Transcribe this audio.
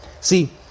See